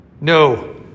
No